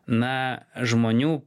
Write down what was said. na žmonių